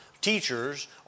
teachers